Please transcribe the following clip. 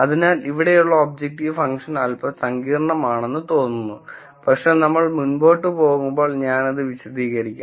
അതിനാൽ ഇവിടെയുള്ള objective function അൽപ്പം സങ്കീർണ്ണമാണെന്ന് തോന്നുന്നു പക്ഷേ നമ്മൾ മുന്നോട്ട് പോകുമ്പോൾ ഞാൻ ഇത് വിശദീകരിക്കും